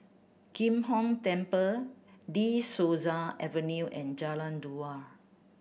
Kim Hong Temple De Souza Avenue and Jalan Dua